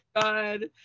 God